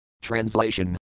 Translation